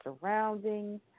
surroundings